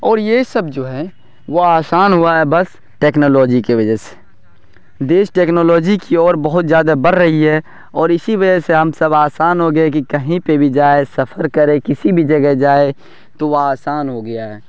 اور یہ سب جو ہے وہ آسان ہوا ہے بس ٹیکنالوجی کے وجہ سے دیش ٹیکنالوجی کی اور بہت زیادہ بڑھ رہی ہے اور اسی وجہ سے ہم سب آسان ہو گیا ہے کہ کہیں پہ بھی جائے سفر کرے کسی بھی جگہ جائے تو وہ آسان ہو گیا ہے